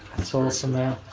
it's awesome